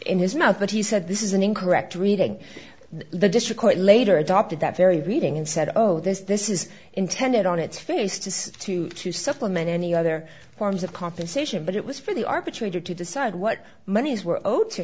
in his mouth but he said this is an incorrect reading the district court later adopted that very reading and said oh this this is intended on its face to to to supplement any other forms of compensation but it was for the arbitrator to decide what monies were o